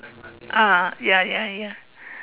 ah ya ya ya